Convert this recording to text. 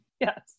Yes